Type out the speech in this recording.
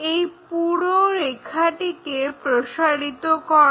এই পুরো রেখাটিকে প্রসারিত করো